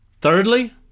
Thirdly